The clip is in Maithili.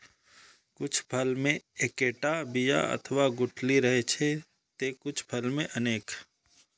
कुछ फल मे एक्केटा बिया अथवा गुठली रहै छै, ते कुछ फल मे अनेक